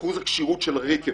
אחוז הכשירות של הרק"מ